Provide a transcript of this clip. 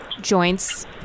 joints